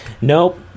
Nope